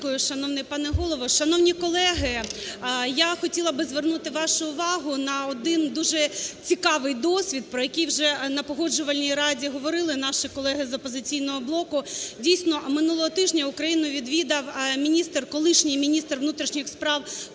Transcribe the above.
Дякую, шановний пане Голово. Шановні колеги, я хотіла б звернути вашу увагу на один дуже цікавий досвід, про який вже на Погоджувальній раді говорили наші колеги з "Опозиційного блоку". Дійсно, минулого тижня Україну відвідав міністр, колишній міністр внутрішніх справ Колумбії